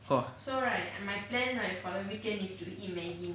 !wah!